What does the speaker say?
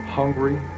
hungry